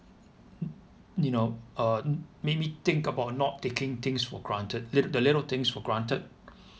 you know uh made me think about not taking things for granted little the little things for granted